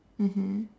mmhmm